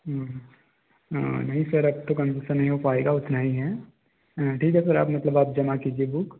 नहीं सर अब तो कनसेसन नहीं हो पाएगा उतना ही है ठीक है मतलब ठीक है आप कीजिए बुक